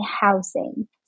housing